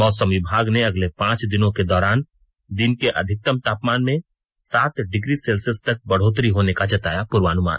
मौसम विभाग ने अगले पांच दिनों के दौरान दिन के अधिकतम तापमान में सात डिग्री सेल्सियस तक बढ़ोतरी होने का जताया पूर्वानुमान